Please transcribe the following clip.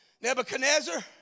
Nebuchadnezzar